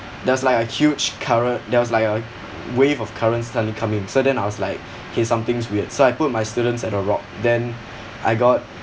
there was like a huge current there was like a wave of currents suddenly coming so then and I was like okay something's weird so I put my students at a rock then I got